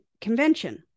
Convention